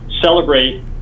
celebrate